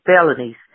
felonies